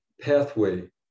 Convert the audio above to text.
pathway